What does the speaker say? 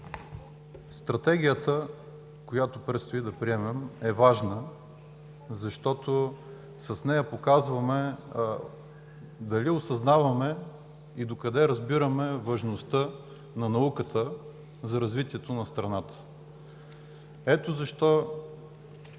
Стратегията, която предстои да приемем, е важна, защото с нея показваме дали осъзнаваме и докъде разбираме важността на науката за развитието на страната. Ето защо